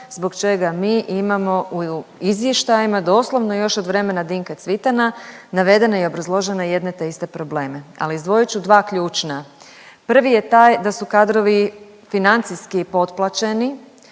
zbog čega mi imamo u izvještajima doslovno još od vremena Dinka Cvitana navedene i obrazložene jedne te iste probleme. Ali, izdvojit ću dva ključna. Prvi je taj da su kadrovi financijski potplaćeni,